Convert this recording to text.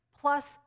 plus